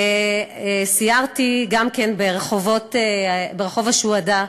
סיירתי גם ברחוב השוהדא,